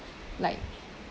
like